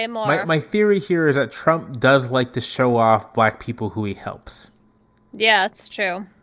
yeah my my theory here is that trump does like to show off black people who he helps yeah, it's true